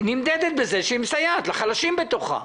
היא נמדדת בזה שהיא מסייעת לחלשים בתוכה.